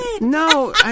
No